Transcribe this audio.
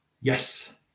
yes